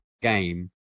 game